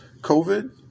COVID